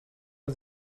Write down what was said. uhr